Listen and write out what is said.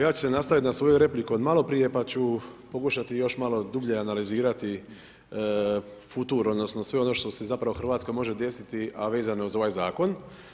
Ja ću se nastaviti na svoju repliku od maloprije pa ću pokušati još malo dublje analizirati futur odnosno sve ono što se zapravo Hrvatskoj može desiti a vezano je uz ovaj zakona.